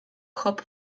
hop